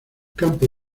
campo